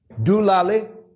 Dulali